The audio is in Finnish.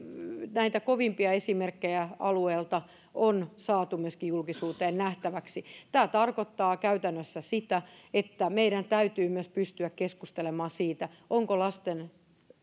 näitä kovimpia esimerkkejä tältä alueelta on saatu myöskin julkisuuteen nähtäväksi tämä tarkoittaa käytännössä sitä että meidän täytyy myös pystyä keskustelemaan siitä onko lastensuojelu